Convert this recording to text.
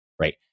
right